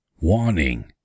Warning